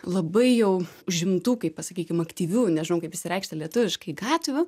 labai jau užimtų kaip pasakykim aktyvių nežinau kaip išsireikšti lietuviškai gatvių